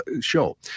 show